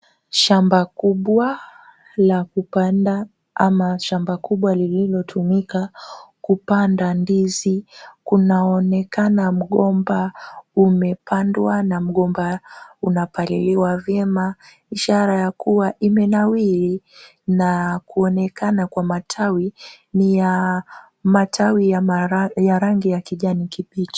Shamba kubwa la kupanda ama shamba kubwa lililotumika kupanda ndizi kunaonekana kwamba umepandwa na mgomba unapaliliwa vyema ishara ya kuwa imenawiri na kuonekana kwa matawi ni matawi ya rangi ya kijani kibichi.